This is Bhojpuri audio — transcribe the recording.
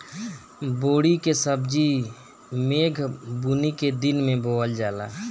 बोड़ी के सब्जी मेघ बूनी के दिन में बोअल जाला